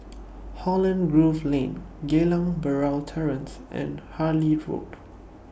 Holland Grove Lane Geylang Bahru Terrace and Harlyn Road